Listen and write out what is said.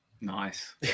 Nice